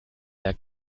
der